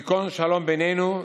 ייכון שלום בינינו,